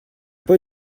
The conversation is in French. peu